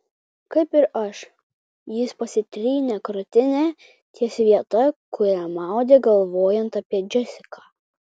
kaip ir aš jis pasitrynė krūtinę ties vieta kurią maudė galvojant apie džesiką